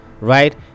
right